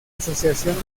asociación